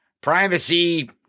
Privacy